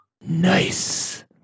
Nice